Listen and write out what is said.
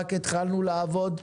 רק התחלנו לעבוד.